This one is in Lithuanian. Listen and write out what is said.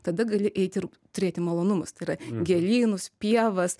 tada gali eiti ir turėti malonumus tai yra gėlynus pievas